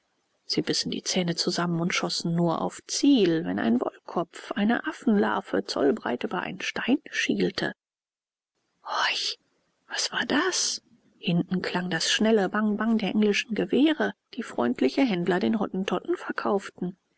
sie bissen die zähne zusammen und schossen nur auf ziel wenn ein wollkopf eine affenlarve zollbreit über einen stein schielte horch was war das hinten klang das schnelle bang bang der englischen gewehre die freundliche händler den hottentotten verkauften